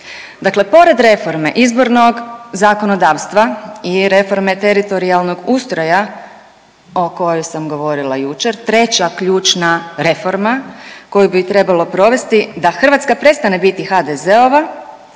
Dakle pored reforme izbornog zakonodavstva i reforme teritorijalnog ustroja o kojoj sam govorila jučer, treća ključna reforma koju bi trebalo provesti da Hrvatska prestane biti HDZ-ova